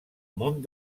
món